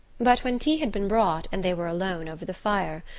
but when tea had been brought, and they were alone over the fire,